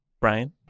Brian